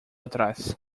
atrás